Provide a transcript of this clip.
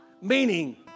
Meaning